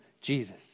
Jesus